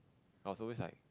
I was always like